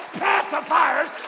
pacifiers